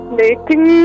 dating